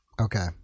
Okay